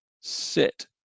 sit